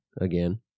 again